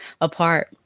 apart